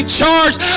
charged